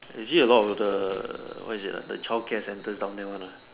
you see a lot of the what is it lah the childcare centers down there one lah